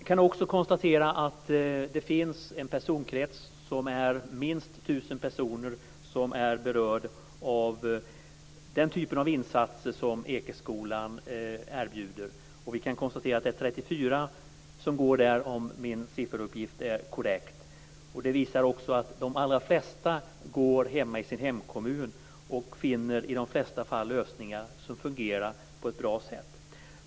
Vidare kan jag konstatera att minst tusen personer berörs av den typ av insatser som Ekeskolan erbjuder. 34 elever går där, om den sifferuppgift jag har är korrekt. Detta visar att de allra flesta går i skola i hemkommunen. I flertalet fall finner man lösningar som fungerar på ett bra sätt.